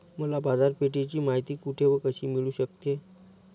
मला बाजारपेठेची माहिती कुठे व कशी मिळू शकते?